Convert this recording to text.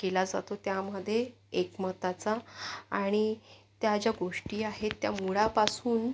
केला जातो त्यामध्ये एकमताचा आणि त्या ज्या गोष्टी आहेत त्या मुळापासून